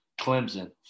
Clemson